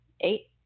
eight